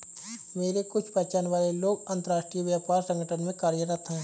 मेरे कुछ पहचान वाले लोग अंतर्राष्ट्रीय व्यापार संगठन में कार्यरत है